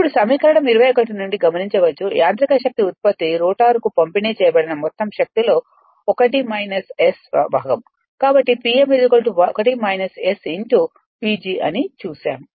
ఇప్పుడు సమీకరణం 21 నుండి గమనించవచ్చు యాంత్రిక శక్తి ఉత్పత్తి రోటర్కు పంపిణీ చేయబడిన మొత్తం శక్తి లో 1 S వ భాగం కాబట్టి Pm PG అని చూశాము